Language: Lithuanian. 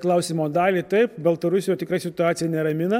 klausimo dalį taip baltarusijoj tikrai situacija neramina